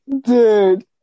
Dude